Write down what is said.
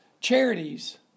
charities